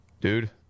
Dude